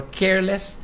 careless